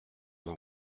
mon